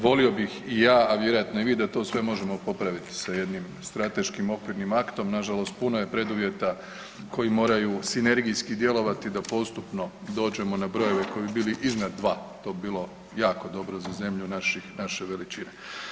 Volio bih i ja, a vjerojatno i vi da to sve možemo popraviti sa jednim strateškim okvirnim aktom, nažalost puno je preduvjeta koji moraju sinergijski djelovati da postupno dođemo na brojeve koji bi bili iznad 2. To bi bilo jako dobro za zemlju naših, naše veličine.